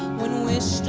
when wished